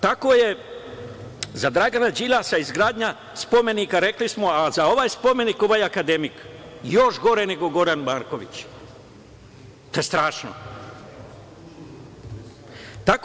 Tako je za Dragana Đilasa izgradnja spomenika, rekli smo, a za ovaj spomenik ovaj akademik još gore nego Goran Marković, to je strašno.